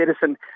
citizen